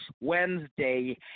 Wednesday